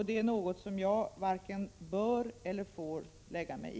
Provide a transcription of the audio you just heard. Det är något jag varken bör eller får lägga mig i.